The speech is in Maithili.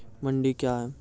मंडी क्या हैं?